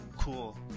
Cool